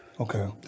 Okay